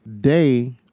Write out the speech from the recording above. day